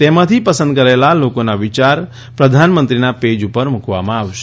તેમાંથી પસંદ કરાયેલા લોકોના વિયાર પ્રધાનમંત્રીના પેજ પર મૂકવામાં આવશે